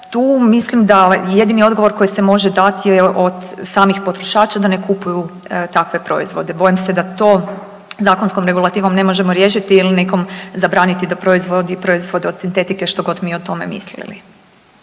Tu mislim da jedini odgovor koji se može dati je od samih potrošača da ne kupuju takve proizvode. Bojim se da to zakonskom regulativom ne možemo riješiti ili nekom zabraniti da proizvodi proizvode od sintetike što god mi o tome mislili.